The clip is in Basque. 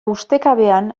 ustekabean